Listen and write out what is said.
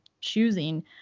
choosing